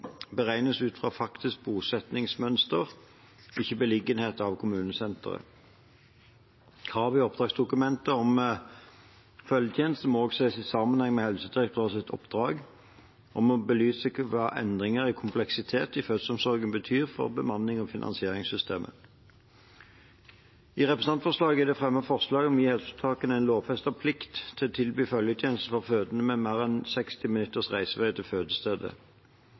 beregnes ut fra faktisk bosettingsmønster, ikke beliggenheten til kommunesenteret. Kravet i oppdragsdokumentet om følgetjeneste må også ses i sammenheng med Helsedirektoratets oppdrag om å belyse hva endringer i kompleksitet i fødselsomsorgen betyr for bemanning og finansieringssystem. I representantforslaget er det fremmet forslag om å gi helseforetakene en lovfestet plikt til å tilby følgetjeneste for fødende med mer enn 60 minutters reisevei til fødestedet.